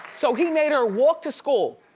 so he made her walk to school.